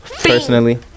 personally